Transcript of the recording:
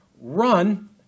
run